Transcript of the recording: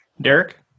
Derek